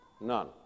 None